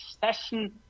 session